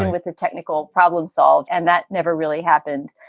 with the technical problem solved. and that never really happened.